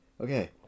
Okay